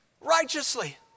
righteously